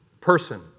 person